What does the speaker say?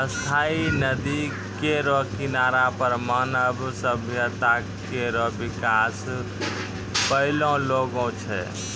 स्थायी नदी केरो किनारा पर मानव सभ्यता केरो बिकास पैलो गेलो छै